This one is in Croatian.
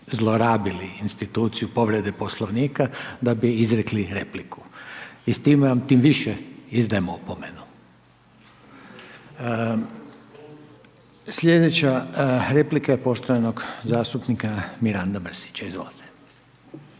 zlorabili instituciju povrede poslovnika, da bi izrekli repliku i s time vam tim više izdajem opomenu. Sljedeća replika je poštovanoga zastupnika Miranda Mrsića, izvolite.